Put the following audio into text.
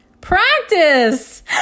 practice